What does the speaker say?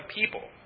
people